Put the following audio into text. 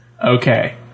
Okay